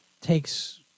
takes